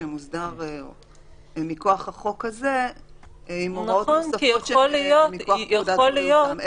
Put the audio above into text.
שמוסדר מכוח החוק הזה עם הוראות נוספות שמכוח פקודת בריאות העם,